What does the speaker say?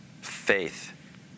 Faith